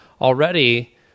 already